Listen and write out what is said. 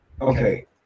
Okay